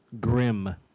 Grim